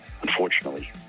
Unfortunately